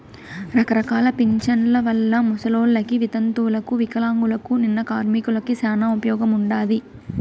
రకరకాల పింఛన్ల వల్ల ముసలోళ్ళకి, వితంతువులకు వికలాంగులకు, నిన్న కార్మికులకి శానా ఉపయోగముండాది